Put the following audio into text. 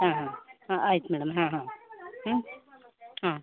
ಹಾಂ ಹಾಂ ಆಯ್ತು ಮೇಡಮ್ ಹಾಂ ಹಾಂ ಹ್ಞೂ ಹಾಂ